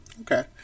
Okay